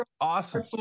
awesome